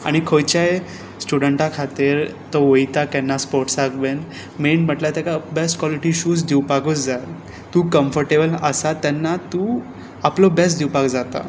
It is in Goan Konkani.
आनी खंयच्याय स्टुडंटा खातीर तो वयता केन्ना स्पोट्साक बीन मेन म्हणल्यार ताका बॅस्ट कॉलिटी शूज दिवपाकूच जाय तूं कम्फटेबल आसा तेन्नात तूं आपलो बॅस्ट दिवपाक जाता